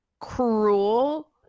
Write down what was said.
cruel